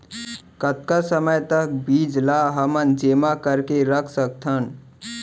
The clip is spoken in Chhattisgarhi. कतका समय तक बीज ला हमन जेमा करके रख सकथन?